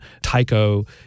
Tyco